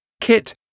Kit